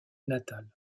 natale